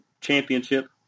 championship